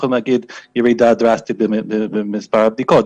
יכולים להגיד שיש ירידה דרסטית במספר הבדיקות.